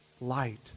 Light